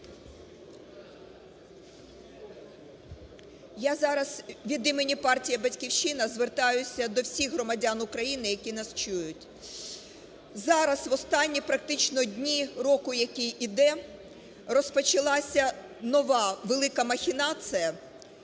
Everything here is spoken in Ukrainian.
Я зараз від імені партії "Батьківщина" звертаюся до всіх громадян України, які нас чують. Зараз, в останні практично дні року, який іде, розпочалася нова велика махінація